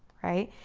right.